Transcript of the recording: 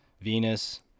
Venus